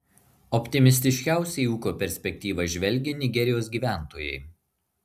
optimistiškiausiai į ūkio perspektyvas žvelgia nigerijos gyventojai